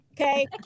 Okay